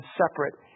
separate